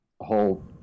whole